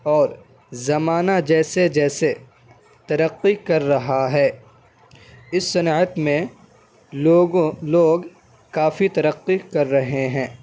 اور زمانہ جیسے جیسے ترقی کر رہا ہے اس صنعت میں لوگوں لوگ کافی ترقی کر رہے ہیں